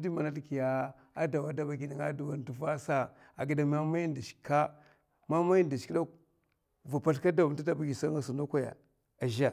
dau n'tuva sa adaba gi nènga'a man mi dashik ka, va pazlka dau tɗ dabagi a nga sada ndokoyè azhè